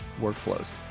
workflows